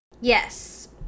Yes